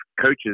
coaches